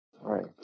Right